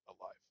alive